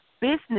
business